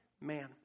man